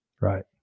right